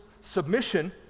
Submission